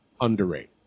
underrated